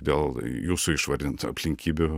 dėl jūsų išvardintų aplinkybių